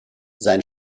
sein